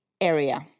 area